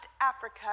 Africa